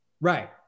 right